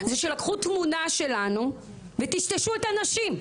זה שלקחו תמונה שלנו וטשטשו את הנשים,